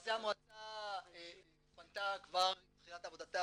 למעשה המועצה פנתה כבר עם תחילת עבודתה